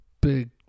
big